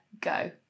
go